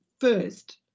first